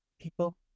people